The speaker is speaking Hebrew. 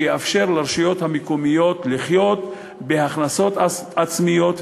שתאפשר לרשויות המקומיות לחיות מהכנסות עצמיות,